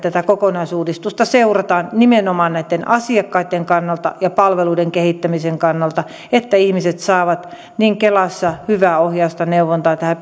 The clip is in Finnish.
että tätä kokonaisuudistusta seurataan nimenomaan näitten asiakkaitten kannalta ja palveluiden kehittämisen kannalta että ihmiset saavat kelassa hyvää ohjausta ja neuvontaa tähän